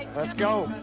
let's go.